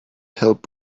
help